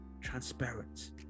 transparent